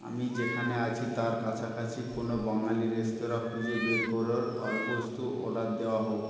আমি যেখানে আছি তার কাছাকাছি কোনো বাঙালি রেস্তোরাঁ খুঁজে বের কর আলুপোস্ত অর্ডার দেওয়া হোক